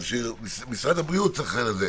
אבל משרד הבריאות צריך לנסח את זה.